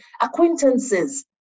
acquaintances